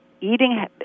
eating